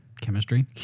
Chemistry